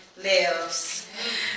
Lives